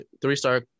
three-star